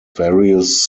various